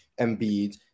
Embiid